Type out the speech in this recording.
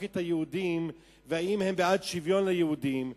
את היהודים ואם הם בעד שוויון ליהודים.